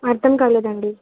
అర్ధంకాలేదండి